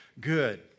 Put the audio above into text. good